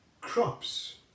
crops